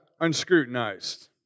unscrutinized